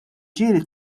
ġieli